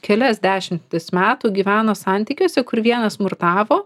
kelias dešimtis metų gyveno santykiuose kur vienas smurtavo